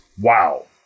Wow